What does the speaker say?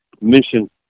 Mission